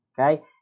Okay